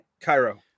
Cairo